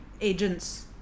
agents